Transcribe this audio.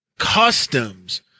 Customs